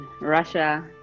Russia